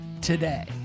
today